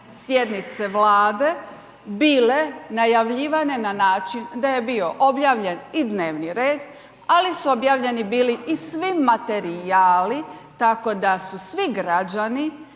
sjednice Vlade bile najavljivane na način da je bio objavljen i dnevni red ali su objavljeni bili i svi materijali tako da su svi građani